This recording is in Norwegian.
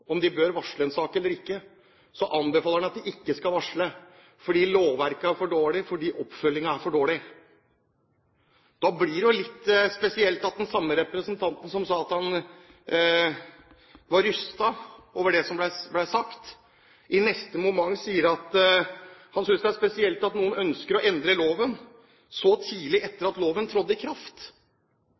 om de bør varsle en sak eller ikke, anbefaler han at de ikke skal varsle, fordi lovverket er for dårlig, og fordi oppfølgingen er for dårlig. Da blir det jo litt spesielt at den samme representanten som sa at han var rystet over det som ble sagt, i neste moment sier at han synes det er spesielt at noen ønsker å endre loven så tidlig etter at loven trådte i kraft.